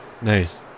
Nice